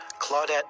Claudette